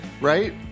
Right